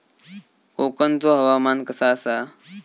कोकनचो हवामान कसा आसा?